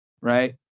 right